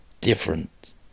different